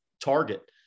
target